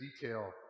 detail